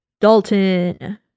Dalton